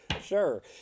sure